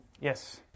Yes